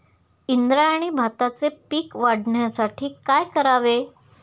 इंद्रायणी भाताचे पीक वाढण्यासाठी काय करावे?